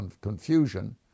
confusion